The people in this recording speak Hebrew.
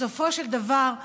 בסופו של דבר,